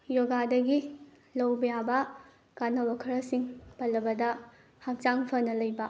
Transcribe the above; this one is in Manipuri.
ꯌꯣꯒꯥꯗꯒꯤ ꯂꯧꯕ ꯌꯥꯕ ꯀꯥꯟꯅꯕ ꯈꯔꯁꯤꯡ ꯄꯜꯂꯕꯗ ꯍꯛꯆꯥꯡ ꯐꯅ ꯂꯩꯕ